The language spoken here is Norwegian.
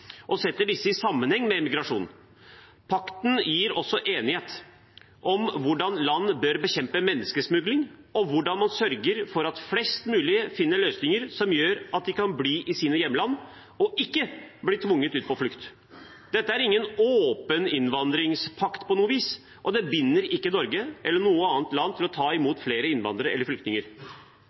og setter disse i sammenheng med migrasjon. Pakten gir også enighet om hvordan land bør bekjempe menneskesmugling, og hvordan man sørger for at flest mulig finner løsninger som gjør at de kan bli i sine hjemland og ikke bli tvunget ut på flukt. Det er ingen åpen innvandringspakt på noe vis, og den binder ikke Norge, eller noe annet land, til å ta imot flere innvandrere eller flyktninger.